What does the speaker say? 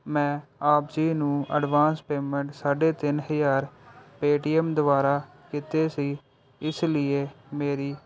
ਮੈਂ ਆਪ ਜੀ ਨੂੰ ਐਡਵਾਂਸ ਪੇਮੈਂਟ ਸਾਢੇ ਤਿੰਨ ਹਜ਼ਾਰ ਪੇਟੀਐੱਮ ਦੁਆਰਾ ਕੀਤੇ ਸੀ ਇਸ ਲੀਏ ਮੇਰੀ